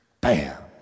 Bam